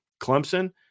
Clemson